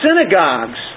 synagogues